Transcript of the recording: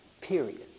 Period